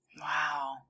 Wow